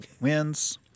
wins